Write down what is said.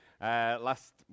last